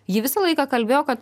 ji visą laiką kalbėjo kad